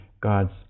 God's